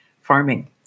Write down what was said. farming